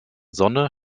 sonne